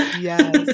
Yes